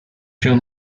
się